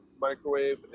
microwave